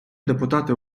депутати